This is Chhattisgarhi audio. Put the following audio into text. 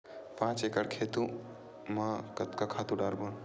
पांच एकड़ खेत म कतका खातु डारबोन?